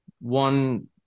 One